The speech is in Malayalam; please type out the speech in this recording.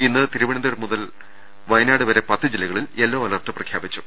ഇന്ന് തിരുവനന്തപുരം മുതൽ വയനാട് വരെ പത്ത് ജില്ലകളിൽ യെല്ലോ അലർട്ട് പ്രഖ്യാപിച്ചു